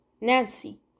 Nancy